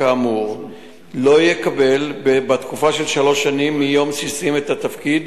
כאמור לא יקבל בתקופה של שלוש שנים מיום שסיים את התפקיד